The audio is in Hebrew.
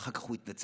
ואחר כך הוא התנצל,